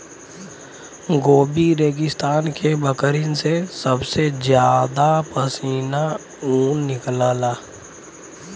Gobi रेगिस्तान के बकरिन से सबसे जादा पश्मीना ऊन निकलला